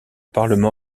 parlement